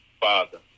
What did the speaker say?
Father